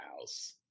house